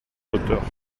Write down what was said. hauteurs